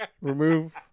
remove